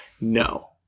no